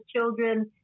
children